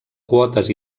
quotes